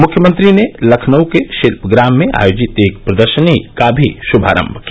मुख्यमंत्री ने लखनऊ के शिल्पग्राम में आयोजित एक प्रदर्शनी का भी श्भारम्भ किया